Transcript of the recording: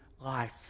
life